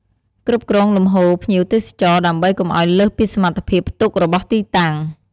គ្រប់គ្រងលំហូរភ្ញៀវទេសចរ ដើម្បីកុំឱ្យលើសពីសមត្ថភាពផ្ទុករបស់ទីតាំង។